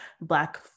Black